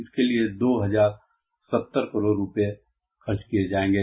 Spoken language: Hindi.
इसके लिए दो हजार सत्तर करोड़ रूपये खर्च किये जायेंगे